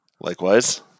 Likewise